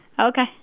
Okay